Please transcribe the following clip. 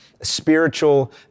Spiritual